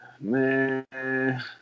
man